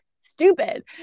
stupid